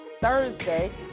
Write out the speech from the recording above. Thursday